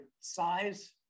size